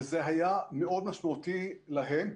וזה היה מאוד משמעותי להם.